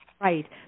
Right